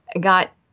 got